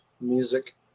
music